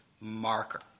marker